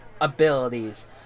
abilities